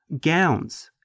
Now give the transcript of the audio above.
Gowns